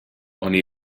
roeddwn